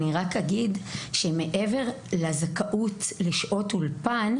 אני רק אגיד שמעבר לזכאות לשעות אולפן,